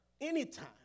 anytime